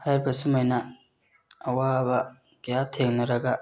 ꯍꯥꯏꯔꯤꯕ ꯁꯨꯝꯃꯥꯏꯅ ꯑꯋꯥꯕ ꯀꯌꯥ ꯊꯦꯡꯅꯔꯒ